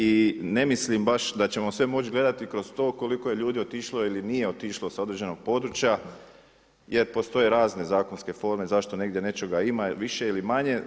I ne mislim baš da ćemo sve moći gledati kroz to koliko je ljudi otišlo ili nije otišlo sa određenog područja jer postoje razne zakonske forme zašto negdje nečega ima više ili manje.